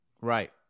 Right